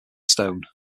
stone